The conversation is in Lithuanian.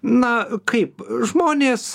na kaip žmonės